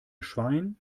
schwein